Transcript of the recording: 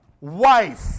Wife